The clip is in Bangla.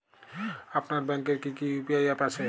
আপনার ব্যাংকের কি কি ইউ.পি.আই অ্যাপ আছে?